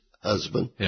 husband